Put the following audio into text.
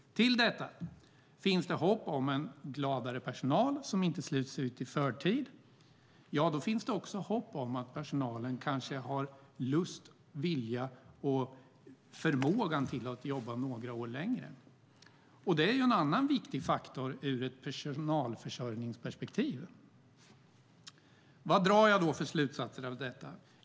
Finns det dessutom hopp om att en gladare personal som inte slits ut i förtid finns det också hopp om att personalen har lust, vilja och förmåga att jobba några år längre. Det är en annan viktig faktor ur ett personalförsörjningsperspektiv. Vad drar jag då för slutsatser av detta?